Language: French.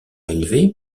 élevé